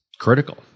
critical